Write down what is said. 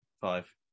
five